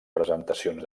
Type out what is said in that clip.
presentacions